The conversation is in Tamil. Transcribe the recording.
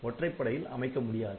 ஒற்றைப்படையில் அமைக்க முடியாது